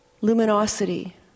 luminosity